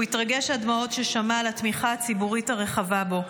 הוא התרגש עד דמעות כששמע על התמיכה הציבורית הרחבה בו.